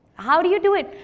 how do you do it?